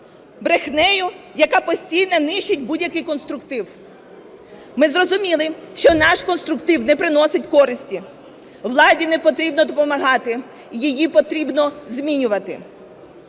брехнею, яка постійно нищить будь-який конструктив. Ми зрозуміли, що наш конструктив не приносить користі. Владі не потрібно допомагати - її потрібно змінювати,